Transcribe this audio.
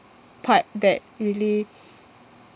part that really